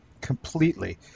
completely